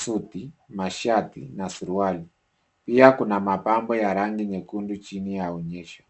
suti, mashati na suruali. Pia kuna mapambo ya rangi nyekundu chini ya onyesho.